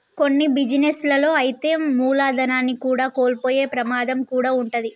కొన్ని బిజినెస్ లలో అయితే మూలధనాన్ని కూడా కోల్పోయే ప్రమాదం కూడా వుంటది